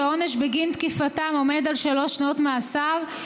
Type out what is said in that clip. שהעונש בגין תקיפתם עומד על שלוש שנות מאסר,